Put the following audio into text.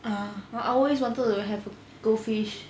ah I always wanted to have a goldfish